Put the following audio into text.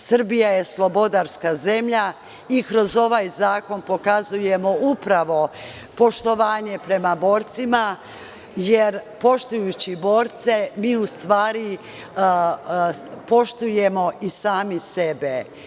Srbija je slobodarska zemlja i kroz ovaj zakon pokazujemo upravo poštovanje prema borcima, jer poštujući borce mi u stvari poštujemo i sami sebe.